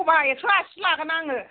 हा नांगौबा एकस' आसि लागोन आङो